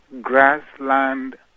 grassland